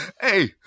Hey